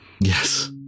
Yes